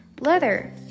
Leather